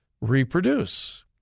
reproduce